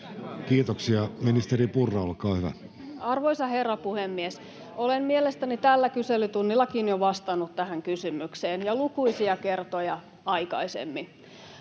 Malm sd) Time: 16:25 Content: Arvoisa herra puhemies! Olen mielestäni tällä kyselytunnillakin jo vastannut tähän kysymykseen ja lukuisia kertoja aikaisemmin.